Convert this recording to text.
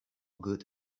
good